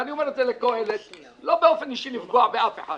ואני אומר את זה ל"קהלת" לא באופן אישי לפגוע באף אחד